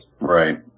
right